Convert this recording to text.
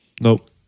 nope